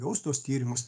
gaus tuos tyrimus